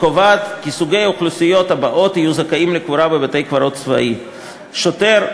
וקובעת כי האוכלוסיות הזכאיות לקבורה בבית-קברות צבאי יהיו: שוטר,